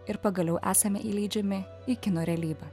ir pagaliau esame įleidžiami į kino realybę